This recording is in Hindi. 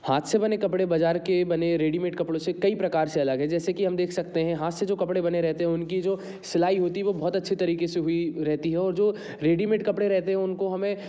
हाथ से बने कपड़े बाज़ार के बने रेडीमेड कपड़ों से कई प्रकार से अलग है जैसे कि हम देख सकते हैं हाथ से जो कपड़े बने रहते हैं उनकी जो सिलाई होती है वो बहुत अच्छे तरीके से हुई रहती है और जो रेडीमेड कपड़े रहते हैं उनको हमें